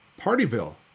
Partyville